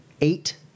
eight